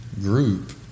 group